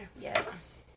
Yes